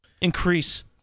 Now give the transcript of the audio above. increase